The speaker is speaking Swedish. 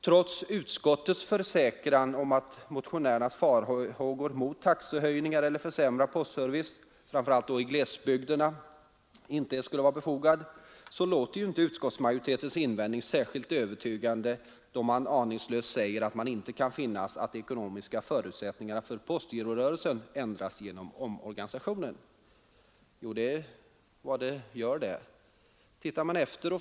Trots utskottets försäkran att motionärernas farhågor för taxehöjningar eller försämrad postservice, framför allt då i glesbygderna, inte är befogade, så låter ju inte utskottsmajoritetens invändning särskilt övertygande, då man mycket aningslöst säger att man inte kan finna att de ekonomiska förutsättningarna för postgirorörelsen ändras genom omorganisationen. Jo, det gör de visst det!